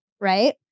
right